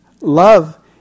Love